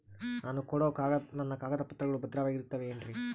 ನಾನು ಕೊಡೋ ನನ್ನ ಕಾಗದ ಪತ್ರಗಳು ಭದ್ರವಾಗಿರುತ್ತವೆ ಏನ್ರಿ?